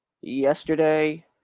yesterday